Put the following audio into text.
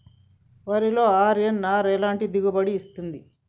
వరిలో అర్.ఎన్.ఆర్ ఎలాంటి దిగుబడి ఇస్తుంది?